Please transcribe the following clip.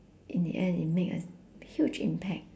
in the end it make a huge impact